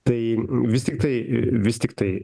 tai vis tiktai vis tiktai